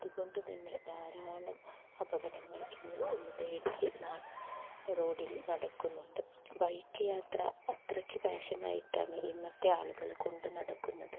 അതുകൊണ്ട് തന്നെ ധാരാളം അപകടങ്ങൾ ഇന്ന് നമ്മുടെ ഇടയിൽ റോഡിൽ നടക്കുന്നുണ്ട് ബൈക്ക് യാത്ര അത്രയ്ക്ക് പാഷനായിട്ടാണ് ഇന്നത്തെ ആളുകൾ കൊണ്ട് നടക്കുന്നത്